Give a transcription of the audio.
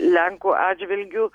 lenkų atžvilgiu